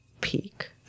peak